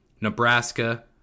Nebraska